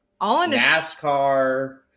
NASCAR